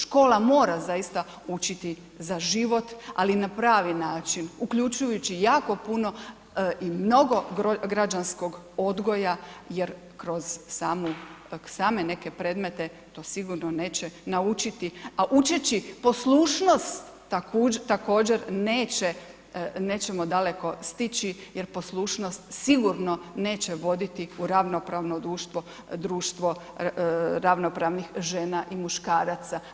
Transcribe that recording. Škole mora zaista učiti za život, ali na pravi način uključujući jako puno i mnogo građanskog odgoja jer kroz samu, same neke predmete to sigurno neće naučiti, a učeći poslušnost također nećemo daleko stići jer poslušnost sigurno neće voditi u ravnopravno društvo, društvo ravnopravnih žena i muškaraca.